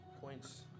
points